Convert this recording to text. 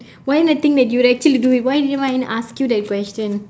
why didn't I think that you would actually do it why did I even ask you that question